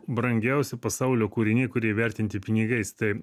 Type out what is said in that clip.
brangiausi pasaulio kūriniai kurie įvertinti pinigais tai